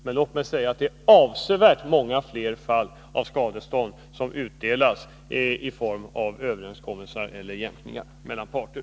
Men låt mig säga att det är ett avsevärt antal fall där skadestånd utdelas i form av överenskommelser eller jämkningar mellan parter.